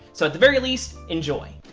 so at the very least, enjoy!